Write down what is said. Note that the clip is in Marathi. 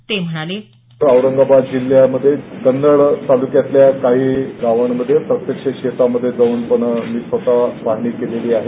ते म्हणाले औरंगाबाद जिल्ह्यामध्ये कन्नड तालुक्यातल्या काही गावांमध्ये प्रत्यक्ष शेतामध्ये जाऊन पाहणी केली आहे